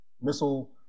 missile